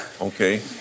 Okay